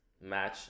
match